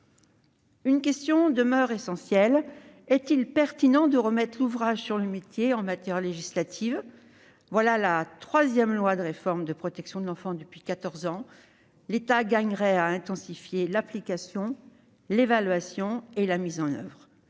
Une question demeure essentielle : était-il pertinent de remettre l'ouvrage sur le métier en matière législative ? Nous en sommes à la troisième réforme de la protection de l'enfance depuis quatorze ans. L'État gagnerait à intensifier l'application, l'évaluation et la mise en oeuvre